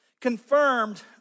confirmed